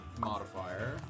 modifier